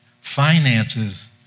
finances